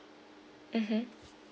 mmhmm